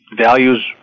Values